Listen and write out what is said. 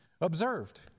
observed